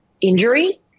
Injury